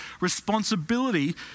responsibility